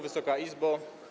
Wysoka Izbo!